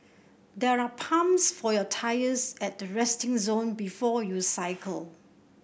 there are pumps for your tyres at the resting zone before you cycle